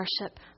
worship